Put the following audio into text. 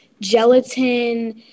gelatin